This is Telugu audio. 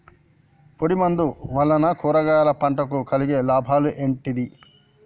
పొడిమందు వలన కూరగాయల పంటకు కలిగే లాభాలు ఏంటిది?